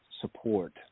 support